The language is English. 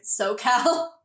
SoCal